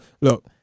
look